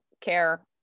care